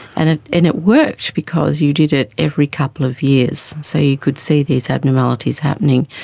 and it and it worked because you did it every couple of years, so you could see these abnormalities happening.